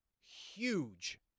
huge